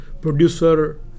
producer